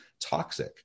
toxic